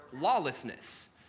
lawlessness